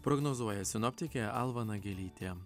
prognozuoja sinoptikė alva nagelytė